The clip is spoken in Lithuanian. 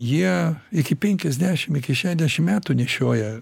jie iki penkiasdešim iki šešiasdešim metų nešioja